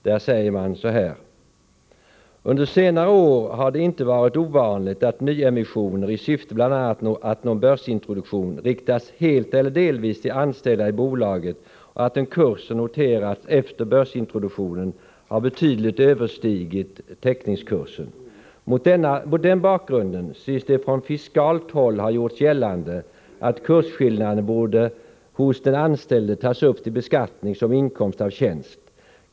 Där säger man så här: ”Under senare år har det inte varit ovanligt att nyemissioner i syfte bl.a. att nå börsintroduktion riktats helt eller delvis till anställda i bolaget och att den kurs, som noterats efter börsintroduktionen, har betydligt överstigit teckningskursen. Mot den bakgrunden synes det från fiskalt håll ha gjorts gällande att kursskillnaden borde hos den anställde tas upp till beskattning som inkomst av tjänst.